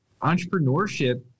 Entrepreneurship